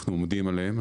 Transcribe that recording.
אנחנו עומדים עליהם.